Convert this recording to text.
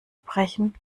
brechen